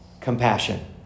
Compassion